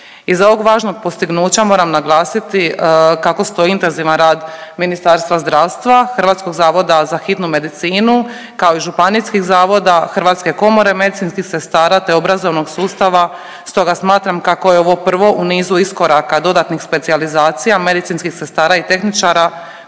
Iza ovog važnog postignuća moram naglasiti kako stoji intenzivan rad Ministarstva zdravstva, Hrvatskog zavoda za hitnu medicinu kao i županijskih zavoda, Hrvatske komore medicinskih sestara, te obrazovnog sustava stoga smatram kako je ovo prvo u nizu iskoraka dodatnih specijalizacija medicinskih sestara i tehničara